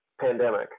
pandemic